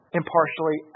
impartially